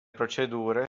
procedure